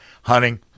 Hunting